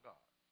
God